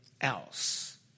else